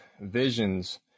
visions